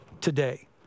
today